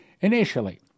Initially